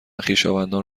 خویشاوندان